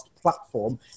platform